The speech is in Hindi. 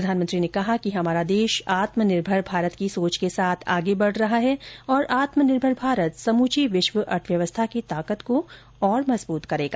प्रधानमंत्री ने कहा कि हमारा देश आत्मनिर्भर भारत की सोच के साथ आगे बढ़ रहा है और आत्मनिर्भर भारत समूची विश्व अर्थव्यवस्था की ताकत को और मजबूत करेगा